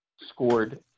scored